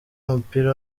w’umupira